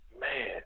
man